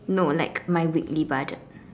no like my weekly budget